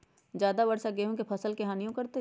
ज्यादा वर्षा गेंहू के फसल के हानियों करतै?